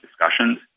discussions